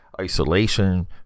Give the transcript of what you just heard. isolation